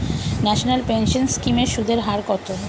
National pension scheme এর সুদের হার কত?